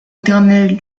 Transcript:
éternelle